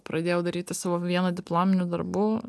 pradėjau daryti savo vieną diplominių darbų